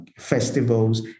festivals